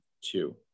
two